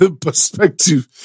perspective